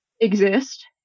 exist